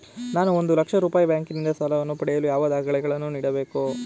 ನಾನು ಒಂದು ಲಕ್ಷ ರೂಪಾಯಿ ಬ್ಯಾಂಕಿನಿಂದ ಸಾಲ ಪಡೆಯಲು ಯಾವ ದಾಖಲೆಗಳನ್ನು ನೀಡಬೇಕು?